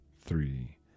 three